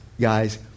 guys